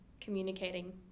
communicating